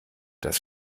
das